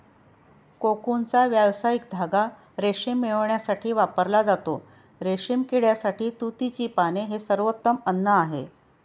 कोकूनचा व्यावसायिक धागा रेशीम मिळविण्यासाठी वापरला जातो, रेशीम किड्यासाठी तुतीची पाने हे सर्वोत्तम अन्न आहे